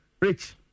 Rich